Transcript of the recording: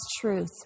truth